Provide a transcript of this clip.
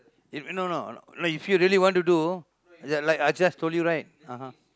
if no no like if you really want to do like I just told you right (uh huh)